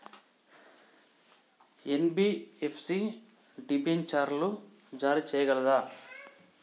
NBFC డిబెంచర్లు జారీ చేయగలదా?